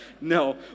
no